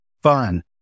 Fun